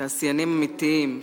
תעשיינים אמיתיים,